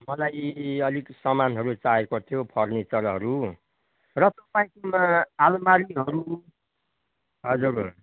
मलाई अलिक सामानहरू चाहिएको थियो फर्निचरहरू र तपाईँकोमा आलमारीहरू हजुर